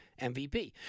MVP